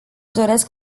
doresc